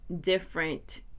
different